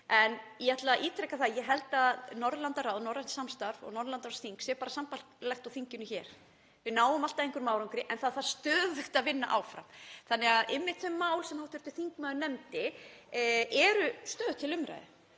En ég ætla að ítreka það að ég held að Norðurlandaráð, norrænt samstarf og Norðurlandaráðsþing séu bara sambærileg þinginu hér. Við náum alltaf einhverjum árangri en það þarf stöðugt að vinna áfram þannig að einmitt þau mál sem hv. þingmaður nefndi eru stöðugt til umræðu.